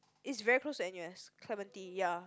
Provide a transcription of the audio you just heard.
is very close to n_u_s Clementi ya